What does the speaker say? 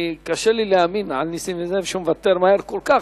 קשה לי להאמין על נסים זאב שהוא מוותר מהר כל כך,